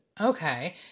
Okay